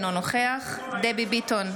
אינו נוכח דבי ביטון,